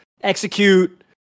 execute